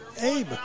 Abe